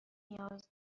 نیاز